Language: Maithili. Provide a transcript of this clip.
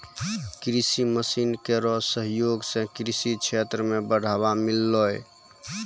कृषि मसीन केरो सहयोग सें कृषि क्षेत्र मे बढ़ावा मिललै